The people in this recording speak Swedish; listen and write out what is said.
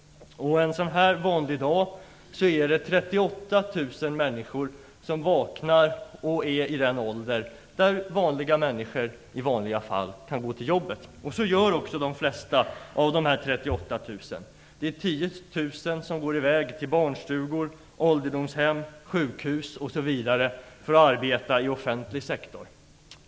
En sådan här vanlig dag är det 38 000 människor som vaknar och är i den åldern då vanliga människor i vanliga fall kan gå till jobbet. Så gör också de flesta av de 38 000. Det är 10 000 som går till barnstugor, ålderdomshem, sjukhus osv. för att arbeta i offentlig sektor.